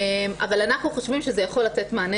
אבל אנחנו חושבים שזה יכול לתת מענה